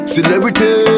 Celebrity